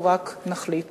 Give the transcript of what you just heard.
לו רק נחליט.